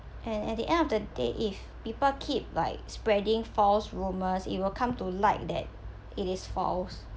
and at the end of the day if people keep like spreading false rumours it will come to light that it is false